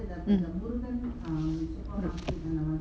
mm